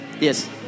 Yes